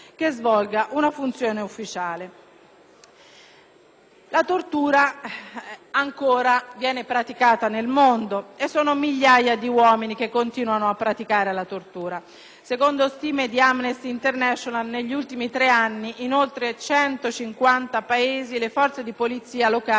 La tortura viene ancora praticata nel mondo e sono migliaia gli uomini che continuano ad esercitarla. Secondo stime di Amnesty International negli ultimi tre anni, in oltre 150 Paesi le Forze di polizia locali hanno commesso torture e maltrattamenti e, in